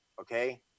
Okay